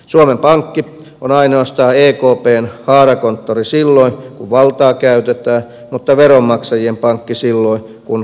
suomen pankki on ainoastaan ekpn haarakonttori silloin kun valtaa käytetään mutta veronmaksajien pankki silloin kun vastuuta kannetaan